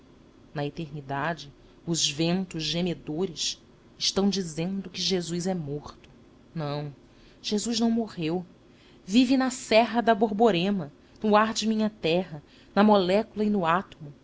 na eternidade os ventos gemedores estão dizendo que jesus é morto não jesus não morreu vive na serra da borborema no ar de minha terra na molécula e no átomo